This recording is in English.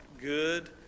good